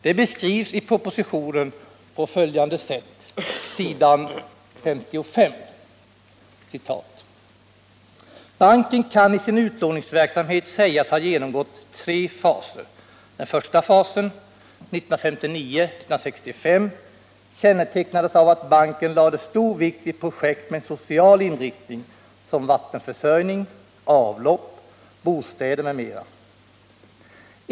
Detta beskrivs i propositionen på följande sätt på s. 55: ”Banken kan i sin utlåningsverksamhet sägas ha genomgått tre faser. Den första fasen kännetecknades av att banken lade stor vikt vid projekt med en social inriktning som vattenförsörjning, avlopp, bostäder m.m.